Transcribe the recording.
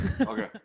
Okay